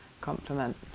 compliment